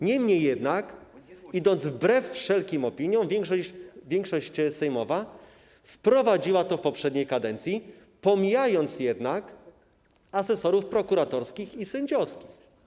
Niemniej jednak, wbrew wszelkim opiniom większość sejmowa wprowadziła to w poprzedniej kadencji, pomijając jednak asesorów prokuratorskich i sędziowskich.